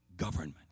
government